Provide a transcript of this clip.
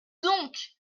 donc